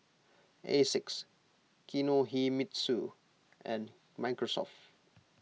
Asics Kinohimitsu and Microsoft